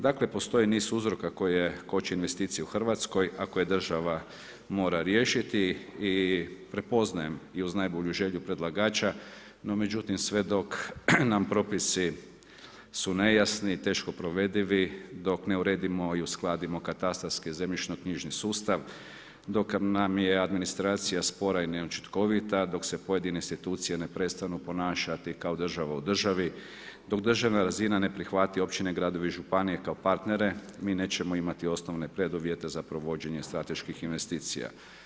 Dakle, postoji niz uzroka koji koče investicije u Hrvatskoj a koji država mora riješiti i prepoznajem i uz najbolju želju predlagača no međutim sve dok nam propisi su nejasni, teško provedivi, dok ne uredimo i uskladimo katastarski, zemljišno-knjižni sustav, dok nam je administracija spora i neučinkovita, dok se pojedine institucije ne prestanu ponašati kao država u državi, dok državna razina ne prihvati općine, gradove i županije kao partnere, mi nećemo imati osnovne preduvjete za provođenje strateških investicija.